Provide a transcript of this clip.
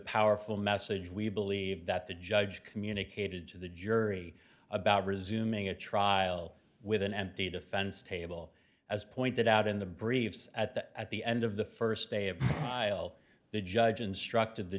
powerful message we believe that the judge communicated to the jury about resuming a trial with an empty defense table as pointed out in the briefs at the at the end of the first day of violence the judge instructed the